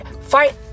fight